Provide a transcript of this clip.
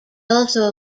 also